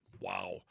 wow